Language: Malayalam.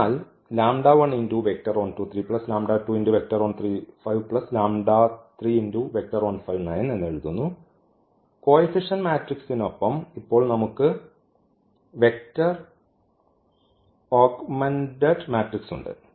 അതിനാൽ കോഫിഫിഷ്യന്റ് മാട്രിക്സിനൊപ്പം ഇപ്പോൾ നമുക്ക് വെക്റ്റർ ആഗ്മെന്റഡ് മാട്രിക്സ് ഉണ്ട്